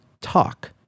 talk